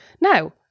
now